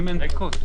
לעצמנו.